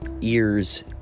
ears